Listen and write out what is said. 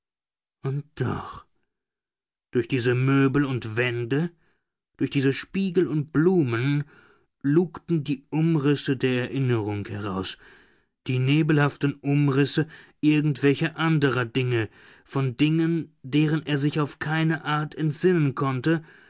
und doch durch diese möbel und wände durch diese spiegel und blumen lugten die umrisse der erinnerung heraus die nebelhaften umrisse irgendwelcher anderer dinge von dingen deren er sich auf keine art entsinnen konnte